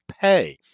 pay